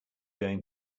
going